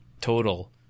total